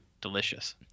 Delicious